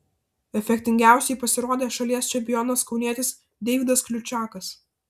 efektingiausiai pasirodė šalies čempionas kaunietis deividas kliučakas